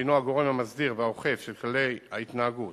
שהינו הגורם המסדיר והאוכף של כללי ההתנהגות